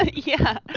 yeah,